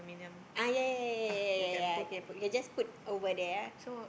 ah ya ya ya ya ya ya can put can just put over there